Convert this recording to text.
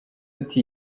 ati